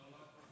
תודה רבה,